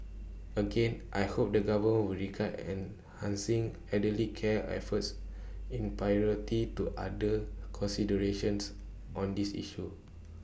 again I hope the government will regard enhancing elderly care efforts in priority to other considerations on this issue